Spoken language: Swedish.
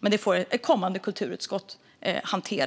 Men det får kommande kulturutskott hantera.